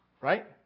right